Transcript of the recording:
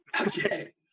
Okay